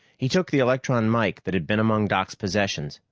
he took the electron mike that had been among doc's' possessions,